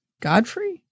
Godfrey